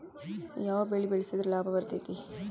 ಯಾವ ಬೆಳಿ ಬೆಳ್ಸಿದ್ರ ಲಾಭ ಬರತೇತಿ?